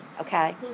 okay